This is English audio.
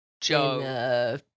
Joe